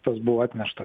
tas buvo atmestas